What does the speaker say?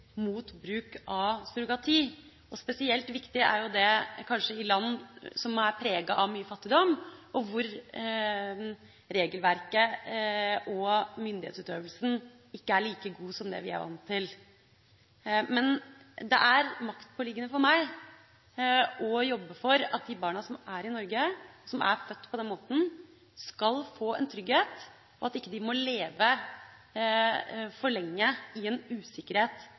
mot bruk av surrogati. Spesielt viktig er det kanskje i land som er preget av mye fattigdom, og hvor regelverket og myndighetsutøvelsen ikke er like god som det vi er vant til. Men det er maktpåliggende for meg å jobbe for at de barna som er i Norge, som er født på den måten, skal få en trygghet, og at de ikke må leve for lenge i en usikkerhet